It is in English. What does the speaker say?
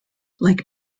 like